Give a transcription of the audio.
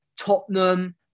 Tottenham